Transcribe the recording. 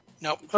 Nope